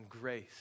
grace